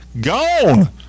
gone